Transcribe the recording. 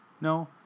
No